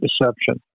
deception